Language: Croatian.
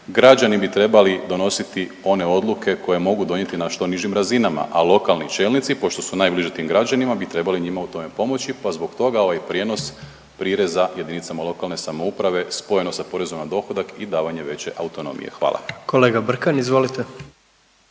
građani bi trebali donositi one odluke koje mogu donijeti na što nižim razinama, a lokalni čelnici pošto su najbliži tim građanima bi trebali njima u tome pomoći, pa zbog toga ovaj prijenos prireza JLS spojeno sa porezom na dohodak i davanje veće autonomije, hvala. **Jandroković,